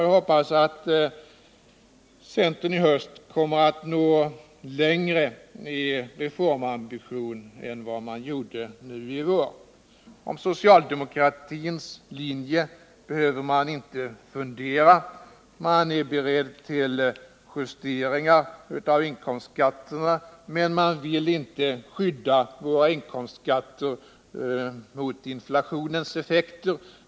Jag hoppas att centern i höst kommer att nå längre i reformambition än man gjorde i vår. När det gäller socialdemokratins linje behöver man inte fundera. Man är beredd till en justering av inkomstskatterna, men man vill inte skydda dem mot inflationens effekter.